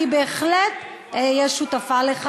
לא משנה איזו עבירה הם עשו.